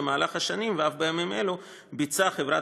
במהלך השנים ואף בימים אלו ביצעה חברת